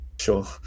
Sure